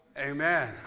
amen